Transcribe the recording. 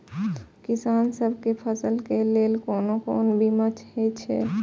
किसान सब के फसल के लेल कोन कोन बीमा हे छे?